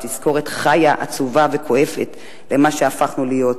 תזכורת חיה עצובה וכואבת למה שהפכנו להיות.